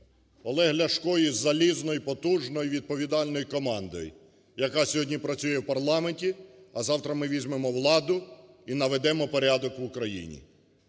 Олег Ляшко із залізною і потужною, і відповідальною командою, яка сьогодні працює у парламенті, а завтра ми візьмемо владу і наведемо порядок в Україні,